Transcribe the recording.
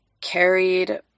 carried